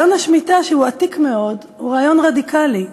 רעיון השמיטה, שהוא עתיק מאוד, הוא רעיון רדיקלי.